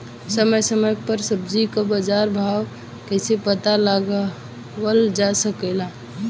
समय समय समय पर सब्जी क बाजार भाव कइसे पता लगावल जा सकेला?